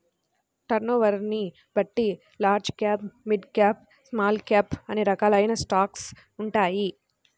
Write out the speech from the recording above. టర్నోవర్ని బట్టి large cap, mid cap, small cap అనే రకాలైన స్టాక్స్ ఉంటాయి